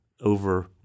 over